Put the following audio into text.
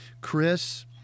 chris